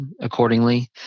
accordingly